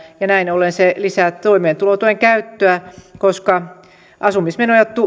ja se lisää toimeentulotuen käyttöä koska asumismenoja